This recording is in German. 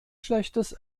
schlechtes